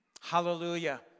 Hallelujah